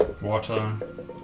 water